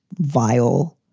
vile,